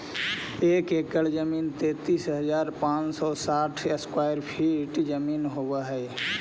एक एकड़ जमीन तैंतालीस हजार पांच सौ साठ स्क्वायर फीट जमीन होव हई